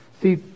See